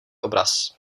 obraz